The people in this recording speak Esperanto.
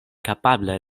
kapabla